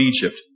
Egypt